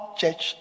church